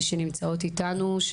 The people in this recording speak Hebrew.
שנמצאות איתנו.